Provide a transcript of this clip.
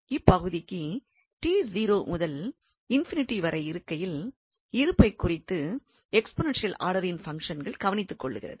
இப்பகுதிக்கு 𝑡0 முதல் ∞ வரை இருக்கையில் இருப்பைக் குறித்து எக்ஸ்போனேன்ஷியல் ஆர்டரின் பங்ஷன்கள் கவனித்து கொள்கிறது